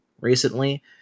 recently